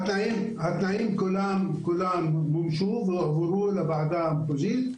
התנאים, כולם מומשו והועברו לוועדה המחוזית.